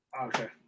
okay